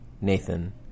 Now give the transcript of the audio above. Nathan